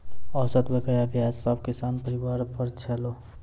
औसत बकाया ब्याज सब किसान परिवार पर छलै